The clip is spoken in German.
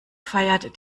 feiert